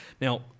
Now